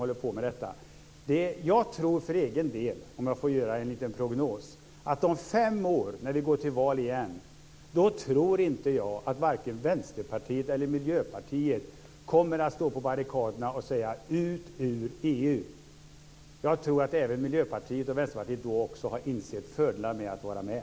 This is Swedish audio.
Jag tror inte för egen del, om jag får göra en liten prognos, att när vi om fem år går till val igen att vare sig Vänsterpartiet eller Miljöpartiet kommer att stå på barrikaderna och säga: Ut ur EU! Jag tror att även Miljöpartiet och Vänsterpartiet då också har insett fördelarna med att vara med.